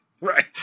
Right